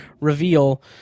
reveal